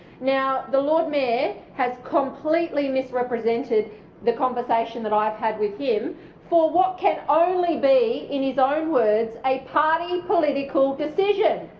now, the lord mayor has completely misrepresented the conversation that i've had with him for what can only be in his own words a party political decision.